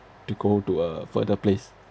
to go to a further place